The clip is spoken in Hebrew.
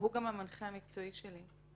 והוא גם המנחה המקצועי שלי.